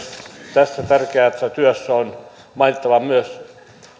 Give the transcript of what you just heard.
tässä tärkeässä työssä on mainittava myös